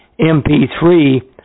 MP3